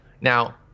Now